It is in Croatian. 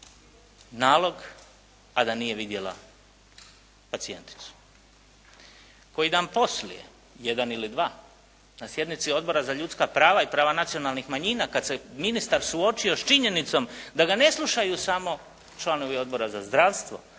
nalog a da nije vidjela pacijenticu. Koji dan poslije, jedan ili dva, na sjednici Odbora za ljudska prava i prava nacionalnih manjina kad se ministar suočio s činjenicom da ga ne slušaju samo članovi Odbora za zdravstvo